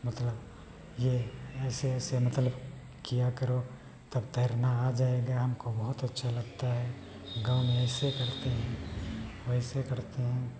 मतलब यह ऐसे ऐसे मतलब किया करो तब तैरना आ जाएगा हमको बहुत अच्छा लगता है गाँव में ऐसे करते हैं वैसे करते हैं